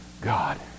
God